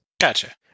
Gotcha